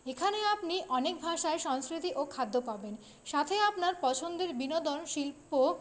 এখানে আপনি অনেক ভাষায সংস্কৃতি ও খাদ্য পাবেন সাথে আপনার পছন্দের বিনোদন শিল্প